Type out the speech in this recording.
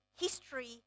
history